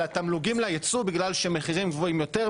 על התמלוגים ליצוא בגלל שהמחירים גבוהים יותר,